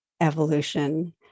evolution